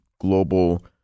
global